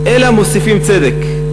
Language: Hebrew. אלא מוסיפים צדק,